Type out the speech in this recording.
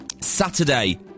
Saturday